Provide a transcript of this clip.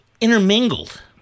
intermingled